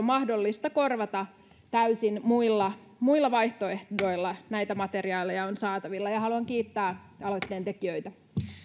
mahdollista korvata täysin muilla muilla vaihtoehdoilla materiaaleja on saatavilla haluan kiittää aloitteen tekijöitä